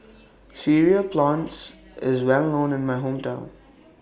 Cereal Prawns IS Well known in My Hometown